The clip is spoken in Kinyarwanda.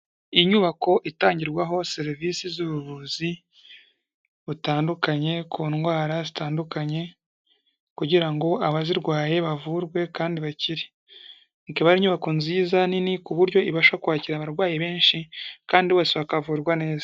Inyubako itangirwaho serivisi z'ubuvuzi butandukanye ku ndwara zitandukanye, kugira ngo abazirwaye bavurwe kandi bakire. Ikaba ari inyubako nziza nini ku buryo ibasha kwakira abarwayi benshi kandi bose bakavurwa neza.